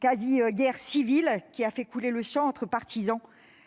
quasi-guerre civile qui a fait couler le sang entre partisans